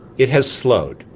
it has slowed,